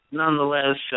nonetheless